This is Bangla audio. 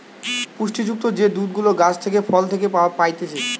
পুষ্টি যুক্ত যে দুধ গুলা গাছ থেকে, ফল থেকে পাইতেছে